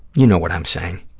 you know what i'm saying.